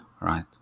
right